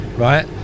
Right